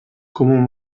common